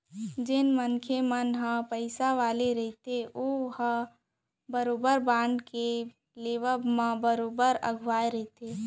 जेन मनसे मन ह पइसा वाले रहिथे ओमन ह बरोबर बांड के लेवब म बरोबर अघुवा रहिथे